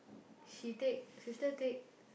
she take sister take